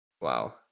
Wow